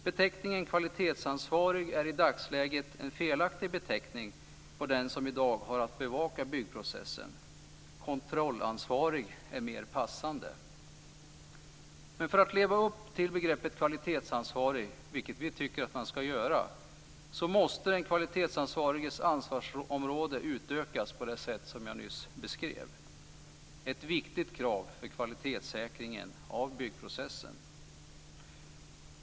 Beteckningen kvalitetsansvarig är i dagsläget en felaktig beteckning på den som i dag har att bevaka byggprocessen - kontrollansvarig är mer passande. För att leva upp till begreppet kvalitetsansvarig, vilket vi tycker att man ska göra, måste den kvalitetsansvariges ansvarsområde utökas på det sätt som jag nyss beskrev. Det är ett viktigt krav för kvalitetssäkringen av byggprocessen.